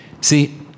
See